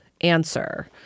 answer